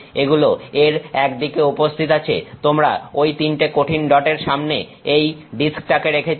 এগুলো এর একদিকে উপস্থিত আছে তোমরা ঐ 3 টে কঠিন ডটের সামনে এই ডিস্ক টাকে রেখেছো